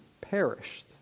perished